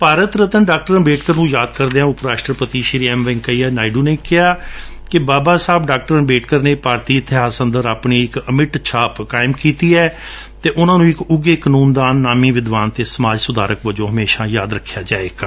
ਭਾਰਤ ਰਤਨ ਡਾ ਅੰਬੇਡਕਰ ਨੰ ਯਾਦ ਕਰਦਿਆਂ ਉਪ ਰਾਸਟਰਪਤੀ ਐਮ ਵੈ'ਕਈਆ ਨਾਇਡੁ ਨੇ ਕਿਹਾ ਕਿ ਬਾਬਾ ਸਾਹਿਬ ਡਾ ਅੰਬੇਡਕਰ ਨੇ ਭਾਰਤੀ ਇਤਿਹਾਸ ਅੰਦਰ ਆਪਣੀ ਇਕ ਅਮਿਟ ਛਾਪ ਕਾਇਮ ਕੀਤੀ ਏ ਅਤੇ ਉਨੂਾਂ ਨੂੰ ਇਕ ਉਘੇ ਕਾਨੂੰਨਦਾਨ ਨਾਮੀ ਵਿਦਵਾਨ ਅਤੇ ਸਮਾਜ ਸੁਧਾਰਕ ਵਜੋਂ ਹਮੇਸ਼ਾ ਯਾਦ ਰਖਿਆ ਜਾਵੇਗਾ